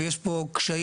ויש פה קשיים.